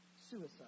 suicide